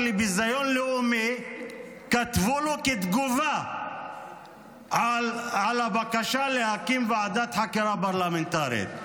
לביזיון לאומי כתבו לו כתגובה על הבקשה להקים ועדת חקירה פרלמנטרית.